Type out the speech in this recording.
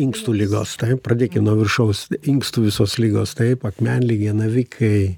inkstų ligos taip pradėkim nuo viršaus inkstų visos ligos taip akmenligė navikai